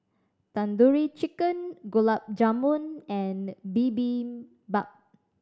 Tandoori Chicken Gulab Jamun and Bibimbap